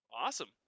awesome